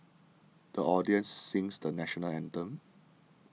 the audience sings the National Anthem